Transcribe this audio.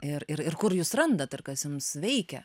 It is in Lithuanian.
ir ir kur jūs randat ir kas jums veikia